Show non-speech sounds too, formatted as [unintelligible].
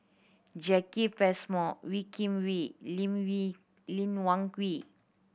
Jacki Passmore Wee Kim Wee Lee [unintelligible] Lee Wung [unintelligible]